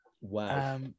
wow